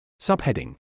Subheading